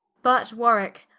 but warwicke,